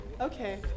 Okay